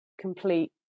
complete